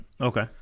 Okay